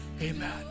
amen